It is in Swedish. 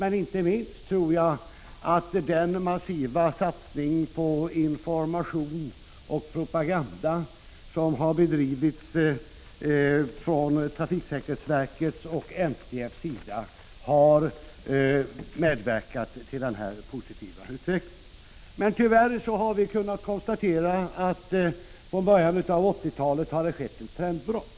Till sist vill jag framhålla att inte minst den massiva satsningen på information och den propaganda som har bedrivits av trafiksäkerhetsverket och NTF, Nationalföreningen för trafiksäkerhetens främjande, har medverkat till denna positiva utveckling. Tyvärr har vi nu kunnat notera att det från början av 1980-talet har skett ett trendbrott.